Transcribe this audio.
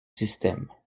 système